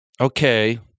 okay